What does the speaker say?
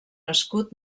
escut